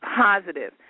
positive